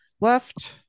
left